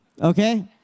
okay